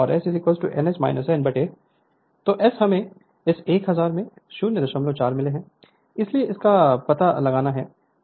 Refer Slide Time 0626 तो एस हमें इस 1000 में 004 मिले हैं इसलिए इसका पता लगाना है